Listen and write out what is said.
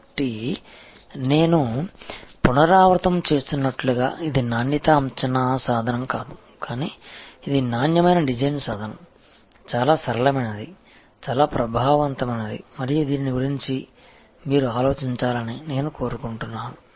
కాబట్టి నేను పునరావృతం చేస్తున్నట్లుగా ఇది నాణ్యతా అంచనా సాధనం కాదు కానీ ఇది నాణ్యమైన డిజైన్ సాధనం చాలా సరళమైనది చాలా ప్రభావవంతమైనది మరియు దీని గురించి మీరు ఆలోచించాలని నేను కోరుకుంటున్నాను